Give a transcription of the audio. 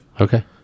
Okay